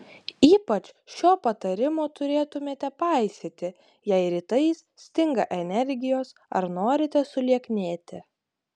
ypač šio patarimo turėtumėte paisyti jei rytais stinga energijos ar norite sulieknėti